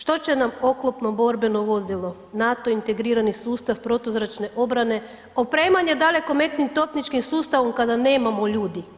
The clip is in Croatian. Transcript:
Što će nam oklopno borbeno vozilo, NATO integrirani sustav protuzračne obrane, opremanje dalekometnim topničkim sustavom kada nemamo ljudi?